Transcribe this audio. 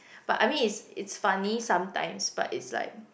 but I mean is it's funny sometimes but is like